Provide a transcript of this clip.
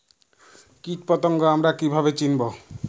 কীটপতঙ্গ আমরা কীভাবে চিনব?